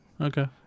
Okay